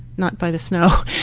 not by the snow,